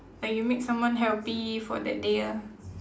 like you make someone healthy for that day ah